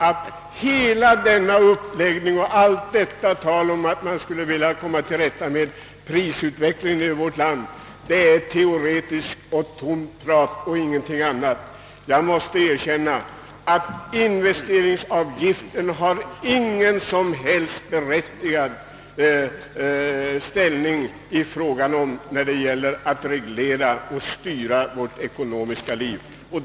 Allt detta tal om att man på detta sätt skulle kunna komma till rätta med prisutvecklingen i vårt land är därför teoretiskt och tomt prat — ingenting annat. Jag måste säga att investeringsavgif ten inte har något som helst berättigande när det gäller att reglera och styra vårt ekonomiska liv.